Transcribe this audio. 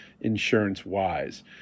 insurance-wise